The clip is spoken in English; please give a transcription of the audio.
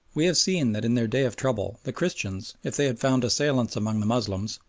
we have seen that in their day of trouble the christians, if they had found assailants among the moslems,